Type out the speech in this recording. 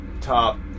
Top